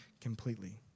completely